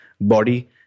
body